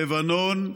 לבנון,